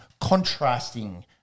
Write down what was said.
Contrasting